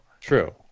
True